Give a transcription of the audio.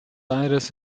aires